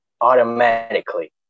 automatically